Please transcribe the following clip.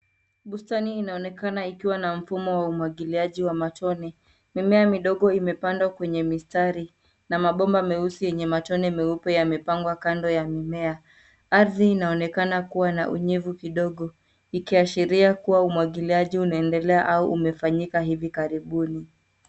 Bustani inaonekana ikiwa na mfumo wa umwagiliaji wa matone. Mimea midogo imepandwa kwenye mistari na mabomba meusi yenye matone meupe yamepangwa kando ya mimea. Ardhi inaonekana kuwa na unyevu kidogo ikiashiria kuwa umwagiliaji unaendelea au umefanyika hivi karibuni.